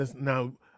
Now